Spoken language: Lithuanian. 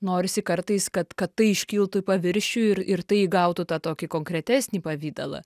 norisi kartais kad kad tai iškiltų į paviršių ir ir tai įgautų tą tokį konkretesnį pavidalą